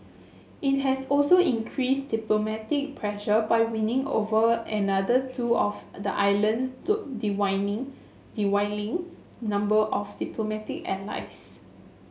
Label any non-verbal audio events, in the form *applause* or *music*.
it has also increased diplomatic pressure by winning over another two of the island's *unintelligible* dwindling number of diplomatic allies